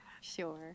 Sure